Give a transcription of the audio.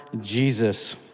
Jesus